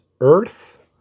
earth